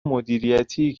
مدیریتی